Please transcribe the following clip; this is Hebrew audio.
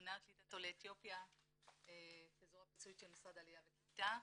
אמונה על קליטת עולי אתיופיה כזרוע הביצועית של משרד העלייה והקליטה.